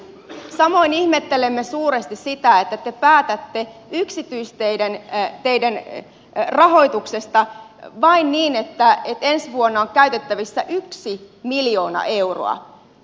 samoin ihmettelemme suuresti sitä että te päätätte yksityisteiden rahoituksesta vain niin että ensi vuonna on käytettävissä yksi miljoona euroa